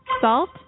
salt